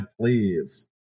please